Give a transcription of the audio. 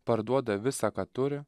parduoda visa ką turi